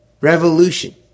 revolution